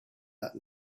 that